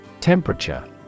Temperature